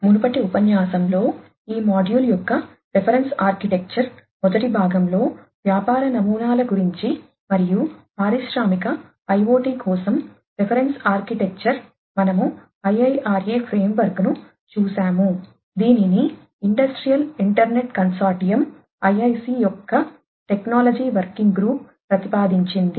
మునుపటి ఉపన్యాసంలో ఈ మాడ్యూల్ ప్రతిపాదించింది